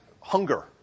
hunger